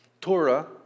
Torah